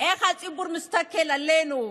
איך הציבור מסתכל עלינו,